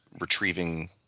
retrieving